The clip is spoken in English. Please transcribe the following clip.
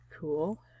cool